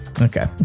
Okay